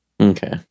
Okay